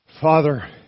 Father